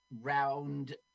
round